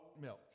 milk